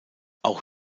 auch